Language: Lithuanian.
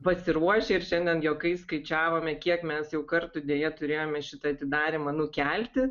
pasiruošę ir šiandien juokais skaičiavome kiek mes jau kartų deja turėjome šitą atidarymą nukelti